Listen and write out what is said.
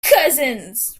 cousins